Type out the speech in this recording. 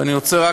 ואני רוצה רק,